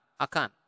akan